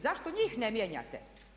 Zašto njih ne mijenjate?